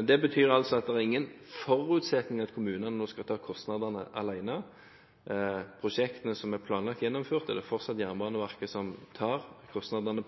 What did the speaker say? Men det er altså ingen forutsetning at kommunene nå skal ta kostnadene alene. Ved prosjekter som er planlagt gjennomført, er det fortsatt Jernbaneverket som tar kostnadene,